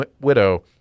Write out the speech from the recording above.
widow